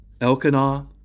Elkanah